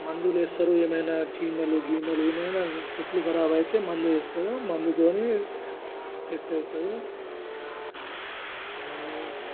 మందులు వేస్తారు ఏమైనా చీమలు గీమలు ఏమైనా చెట్లు ఖరాబయితే మందు ఎస్తారు మందుతోని సెట్ అయితాది